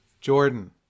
Jordan